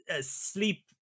sleep